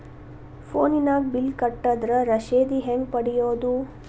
ಫೋನಿನಾಗ ಬಿಲ್ ಕಟ್ಟದ್ರ ರಶೇದಿ ಹೆಂಗ್ ಪಡೆಯೋದು?